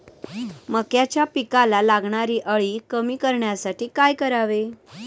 मक्याच्या पिकाला लागणारी अळी कमी करण्यासाठी काय करावे?